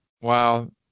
Wow